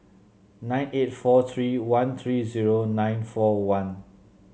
nine eight four three one three zero nine four one